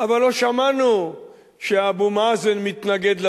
אבל לא שמענו שאבו מאזן מתנגד לזאת,